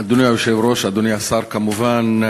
אדוני היושב-ראש, אדוני השר, כמובן,